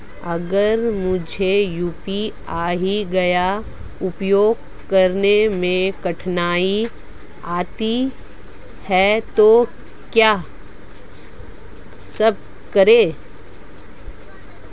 अगर मुझे यू.पी.आई का उपयोग करने में कोई कठिनाई आती है तो कहां संपर्क करें?